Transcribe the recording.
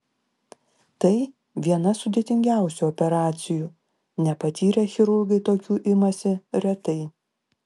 tai viena sudėtingiausių operacijų nepatyrę chirurgai tokių imasi retai